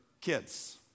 kids